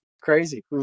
Crazy